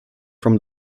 from